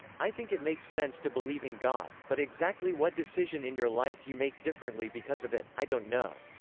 i think it makes sense to believe in god, but exactly what decision in your life you make differently because of it, i don't know.